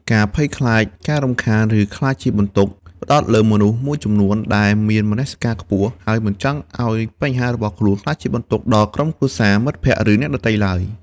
ការភ័យខ្លាចការរំខាន ឬក្លាយជាបន្ទុក ផ្តោតលើមនុស្សមួយចំនួនដែលមានមនសិការខ្ពស់ ហើយមិនចង់ឱ្យបញ្ហារបស់ខ្លួនក្លាយជាបន្ទុកដល់ក្រុមគ្រួសារ មិត្តភក្តិ ឬអ្នកដទៃឡើយ។